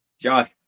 Josh